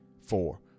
four